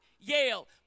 Yale